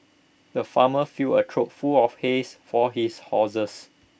the farmer filled A trough full of hays for his horses